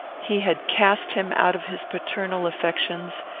he had cast him out of his paternal affections,